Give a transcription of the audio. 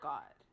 God